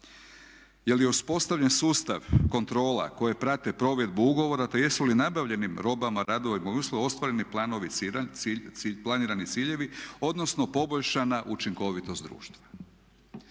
Je li uspostavljen sustav kontrola koje prate provedbu ugovora te jesu li nabavljenim robama, radovima i uslugama ostvareni planirani ciljevi odnosno poboljšana učinkovitost društva.